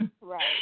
right